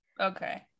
Okay